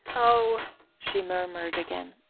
oh she murmured again.